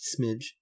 smidge